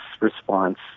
response